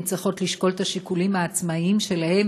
צריכות לשקול את השיקולים העצמאיים שלהן,